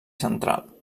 central